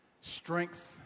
strength